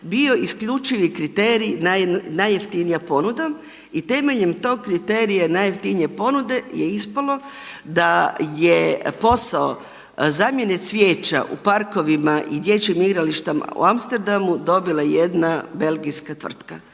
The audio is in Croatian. bio isključivi kriterij najeftinija ponuda. I temeljem tog kriterija najjeftinije ponude je ispalo da je posao zamjene cvijeća u parkovima i dječjim igralištima u Amsterdamu dobila jedna belgijska tvrtka.